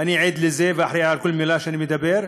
ואני עד לזה ואחראי לכל מילה שאני אומר.